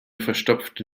verstopfte